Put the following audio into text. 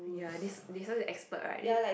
ya they they s~ they sound damn expert right then